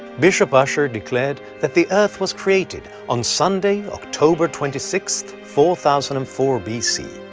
bishop ussher declared that the earth was created on sunday, october twenty sixth, four thousand and four b c.